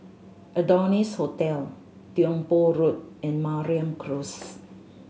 Adonis Hotel Tiong Poh Road and Mariam Close